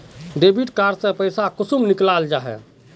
Debit card से पैसा कुंसम निकलाल जाहा?